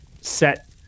set